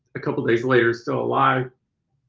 a couple days later still alive.